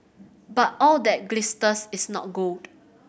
but all that glisters is not gold